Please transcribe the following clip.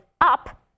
up